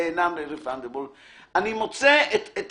נאמר פה שהיו מקרים שבהם ה-non-refundable היה יותר יקר